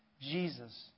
Jesus